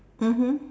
mmhmm